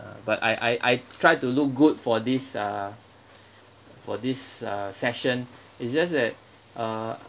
uh but I I I try to look good for this uh for this uh session it's just that uh